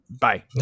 Bye